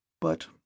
But